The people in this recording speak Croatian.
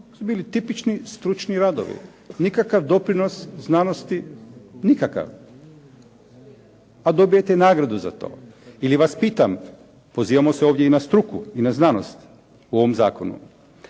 to su bili tipični stručni radovi, nikakav doprinos znanosti. A dobijete nagradu za to. Ili vas pitam, pozivamo se ovdje i na struku i na znanost u ovom zakonu,